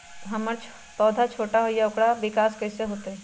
हमर पौधा छोटा छोटा होईया ओकर विकास कईसे होतई?